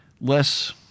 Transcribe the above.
less